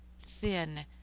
Thin